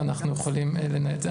ואנחנו יכולים לנהל את זה.